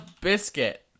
biscuit